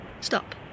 stop